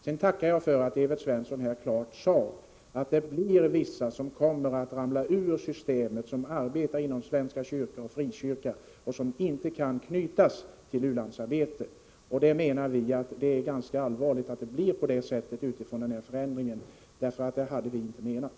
Jag tackar Evert Svensson för att han klart sade att vissa människor som arbetar inom svenska kyrkan och frikyrkorna kommer att ramla ur systemet, därför att de inte kan knytas till u-landsarbetet. Vi anser att det är ganska allvarligt att det blir på det sättet. Det har aldrig varit vår avsikt.